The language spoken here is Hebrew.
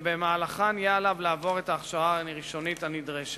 ובמהלכן יהיה עליו לעבור את ההכשרה הראשונית הנדרשת.